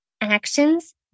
actions